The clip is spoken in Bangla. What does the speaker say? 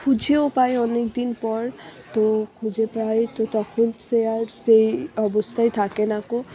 খুঁজেও পায় অনেকদিন পর তো খুঁজে পায় তো তখন সে আর সেই অবস্থায় থাকে নাকো